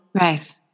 Right